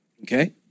Okay